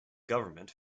government